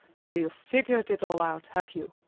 so you've figured it all out, have you?